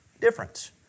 Difference